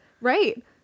Right